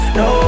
no